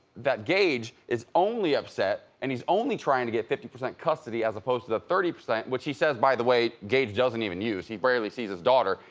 gage is only upset, and he's only trying to get fifty percent custody as opposed to the thirty percent which he says, by the way, gage doesn't even use. he barely sees his daughter.